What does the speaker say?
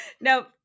No